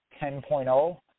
10.0